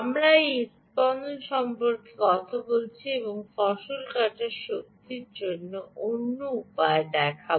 আমরা হৃৎস্পন্দন সম্পর্কে কথা বলছি এবং আপনাকে ফসল কাটার শক্তির অন্য উপায় দেখাব